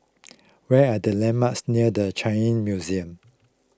what are the landmarks near the Changi Museum